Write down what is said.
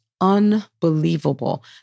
unbelievable